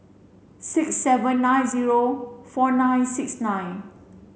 six seven nine zero four nine six nine